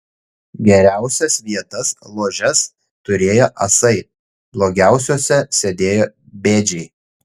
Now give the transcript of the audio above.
geriausias vietas ložes turėjo asai blogiausiose sėdėjo bėdžiai